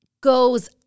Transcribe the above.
goes